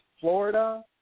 Florida